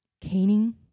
caning